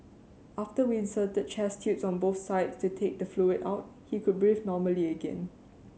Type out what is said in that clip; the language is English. after we inserted chest tubes on both sides to take the fluid out he could breathe normally again